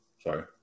sorry